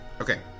Okay